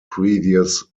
previous